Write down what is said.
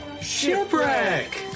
Shipwreck